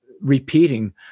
repeating